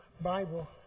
Bible